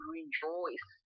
rejoice